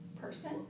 person